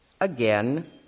again